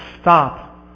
stop